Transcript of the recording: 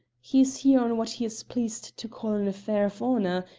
he's here on what he is pleased to call an affair of honour,